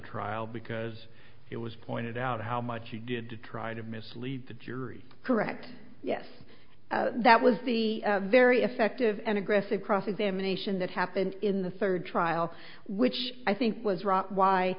trial because it was pointed out how much he did to try to mislead the jury correct yes that was the very effective and aggressive cross examination that happened in the third trial which i think was w